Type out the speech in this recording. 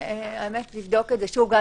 אפשר לבדוק אצלנו שוב,